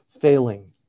failing